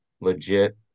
legit